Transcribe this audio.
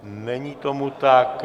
Není tomu tak.